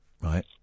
right